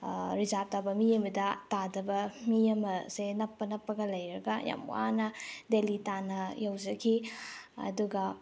reserve ꯇꯥꯕ ꯃꯤ ꯑꯃꯗ ꯇꯥꯗꯕ ꯃꯤ ꯑꯃꯁꯦ ꯅꯞꯄ ꯅꯞꯄꯒ ꯂꯩꯔꯒ ꯌꯥꯝ ꯋꯥꯅ ꯗꯦꯜꯂꯤ ꯇꯥꯟꯅ ꯌꯧꯖꯈꯤ ꯑꯗꯨꯒ